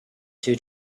two